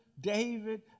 David